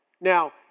Now